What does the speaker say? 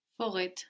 Forêt